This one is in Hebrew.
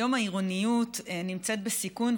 היום העירוניות נמצאת בסיכון,